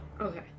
Okay